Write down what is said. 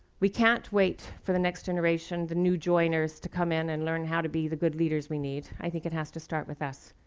we can't wait for the next generation, the new joiners, to come in and learn how to be the good leaders we need. i think it has to start with us.